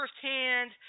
firsthand